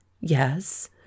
Yes